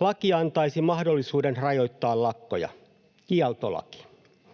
Laki antaisi mahdollisuuden rajoittaa lakkoja — kieltolaki.